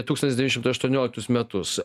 tūkstantis devyni šimtai aštuonioliktus metus